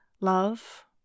love